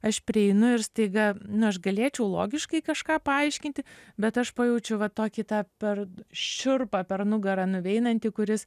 aš prieinu ir staiga nu aš galėčiau logiškai kažką paaiškinti bet aš pajaučiu va tokį tą per šiurpą per nugarą nuveinantį kuris